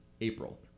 April